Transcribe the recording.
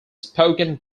spoken